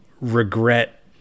regret